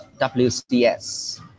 WCS